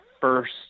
first